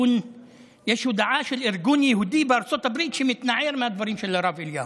יש הודעה של ארגון יהודי בארצות הברית שמתנער מהדברים של הרב אליהו.